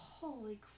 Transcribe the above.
Holy